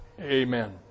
Amen